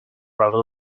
rather